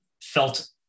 felt